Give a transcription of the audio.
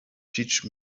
teach